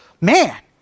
man